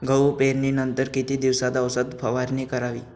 गहू पेरणीनंतर किती दिवसात औषध फवारणी करावी?